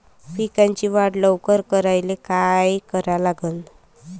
पिकाची वाढ लवकर करायले काय करा लागन?